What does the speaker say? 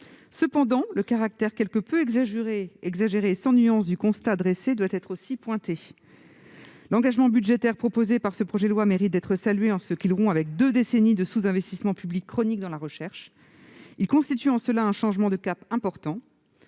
Cependant, le caractère quelque peu exagéré et sans nuance du constat dressé doit aussi être souligné. L'engagement budgétaire contenu dans ce projet de loi mérite d'être salué, en ce qu'il rompt avec deux décennies de sous-investissement public chronique dans la recherche. Il constitue en cela un changement de cap important.